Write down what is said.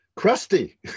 crusty